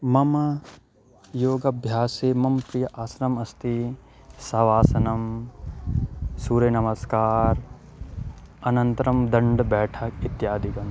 मम योगाभ्यासे मम प्रियानि आसनानि अस्ति शवासनं सूर्यनमस्कारः अनन्तरं दण्ड् बेठक् इत्यादिकं